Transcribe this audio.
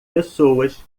pessoas